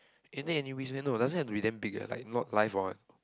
can take any risk meh no doesn't have to be damn big like not life or what